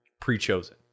pre-chosen